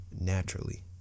naturally